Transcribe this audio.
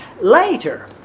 Later